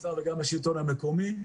באוצר וגם בשלטון המקומי,